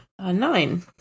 nine